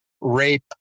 rape